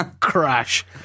Crash